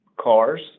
cars